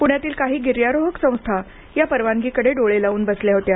प्ण्यातील काही गिर्यारोहक संस्था या परवानगीकडे डोळे लावून बसल्या होत्या